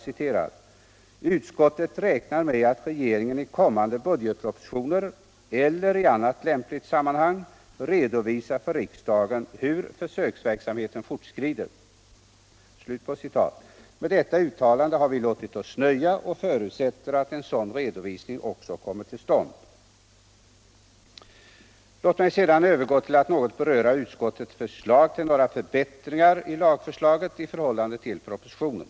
platsanmälan till Låt mig sedan övergå till att något beröra utskottets förslag till en den offentliga del förbättringar i lagförslaget i förhållande till propositionen.